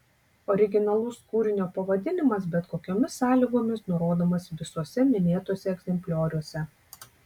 originalus kūrinio pavadinimas bet kokiomis sąlygomis nurodomas visuose minėtuose egzemplioriuose